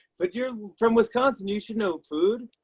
but you're from wisconsin. you should know food.